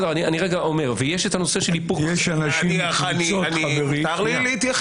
יש אנשים שנוהגים אחרת.